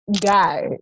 guy